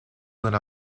una